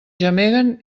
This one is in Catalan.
gemeguen